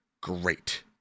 great